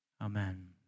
Amen